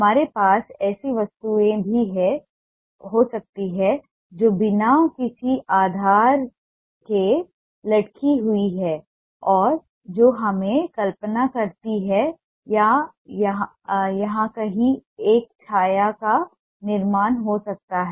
हमारे पास ऐसी वस्तुएं भी हो सकती हैं जो बिना किसी आधार के लटकी हुई हैं और जो हमें कल्पना करती हैं कि यहां कहीं एक छाया का निर्माण हो सकता है